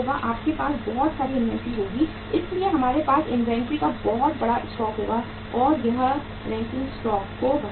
हमारे पास बहुत सारी इन्वेंट्री होगी इसलिए हमारे पास इन्वेंट्री का बड़ा स्टॉक होगा और यह कैरींग कॉस्ट को बढ़ाएगा